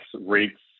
rates